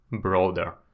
broader